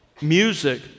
music